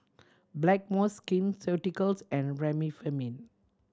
Blackmores Skin Ceuticals and Remifemin